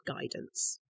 guidance